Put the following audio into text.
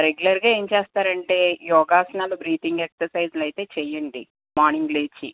రెగ్యులర్గా ఏం చేస్తారంటే యోగాసనాలు బ్రీతింగ్ ఎక్సర్సైజులు అయితే చెయ్యండి మార్నింగ్ లేచి